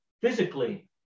physically